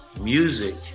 music